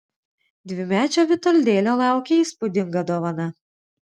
dvimečio vitoldėlio laukė įspūdinga dovana